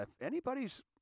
anybody's